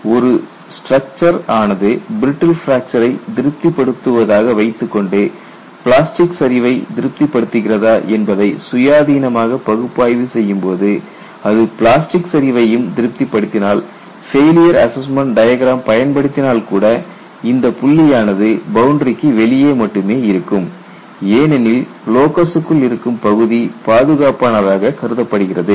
ஒரு ஸ்ட்ரக்சர் ஆனது பிரிட்டில் பிராக்சரை திருப்தி படுத்துவதாக வைத்துக்கொண்டு பிளாஸ்டிக் சரிவை திருப்திப்படுத்துகிறதா என்பதை சுயாதீனமாக பகுப்பாய்வு செய்யும்போது அது பிளாஸ்டிக் சரிவையும் திருப்தி படுத்தினால் ஃபெயிலியர் அசஸ்மெண்ட் டயக்ராம் பயன்படுத்தினால் கூட இந்த புள்ளியானது பவுண்டரிக்கு வெளியே மட்டுமே இருக்கும் ஏனெனில் லோகஸுக்குள் இருக்கும் பகுதி பாதுகாப்பாக கருதப்படுகிறது